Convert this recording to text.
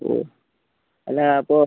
ഓ അല്ല അപ്പോൾ